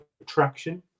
attraction